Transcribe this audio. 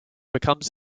becomes